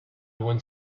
went